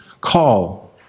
call